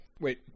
Wait